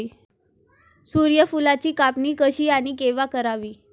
सूर्यफुलाची कापणी कशी आणि केव्हा करावी?